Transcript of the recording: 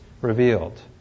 revealed